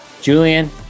Julian